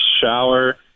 shower